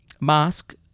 mask